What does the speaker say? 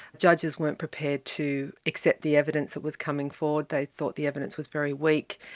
judges weren't prepared to accept the evidence that was coming forward. they thought the evidence was very weak.